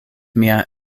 mia